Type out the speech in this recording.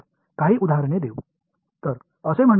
சில எடுத்துக்காட்டுகளை எடுத்துக் கொள்வோம்